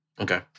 Okay